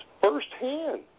firsthand